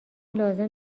لازم